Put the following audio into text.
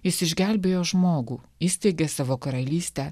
jis išgelbėjo žmogų įsteigė savo karalystę